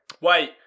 Wait